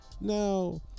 Now